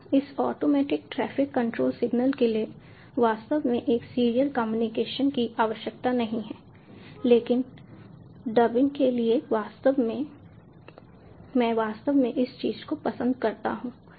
तो इस automatic traffic control signal के लिए वास्तव में एक सीरियल कम्युनिकेशन की आवश्यकता नहीं है लेकिन डिबगिंग के लिए मैं वास्तव में इस चीज को पसंद करता हूं